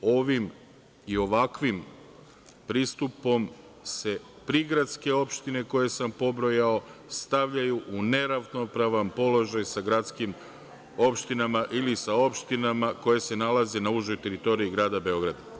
Ovim i ovakvim pristupom se prigradske opštine koje sam pobrojao stavljaju neravnopravan položaj sa gradskim opštinama ili sa opštinama koje se nalaze na užoj teritoriji grada Beograda.